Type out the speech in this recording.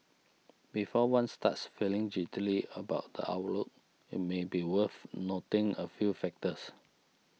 before one starts feeling jittery about the outlook it may be worth noting a few factors